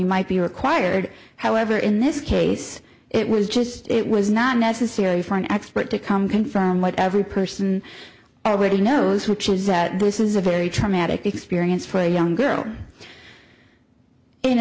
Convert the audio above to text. might be required however in this case it was just it was not necessary for an expert to come confirm what every person already knows which is that this is a very traumatic experience for a young girl in